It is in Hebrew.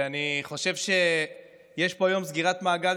ואני חושב שיש פה היום סגירת מעגל,